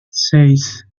seis